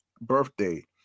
birthday